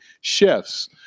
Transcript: chefs